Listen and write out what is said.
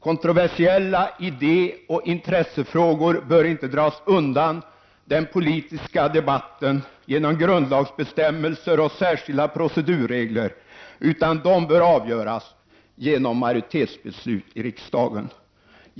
Kontroversiella idé och intressefrågor bör inte dras undan den politiska debatten genom grundlagsbestämmelser och särskilda procedurregler, utan de bör avgöras genom majoritetsbeslut i riksdagen.